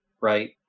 right